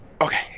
okay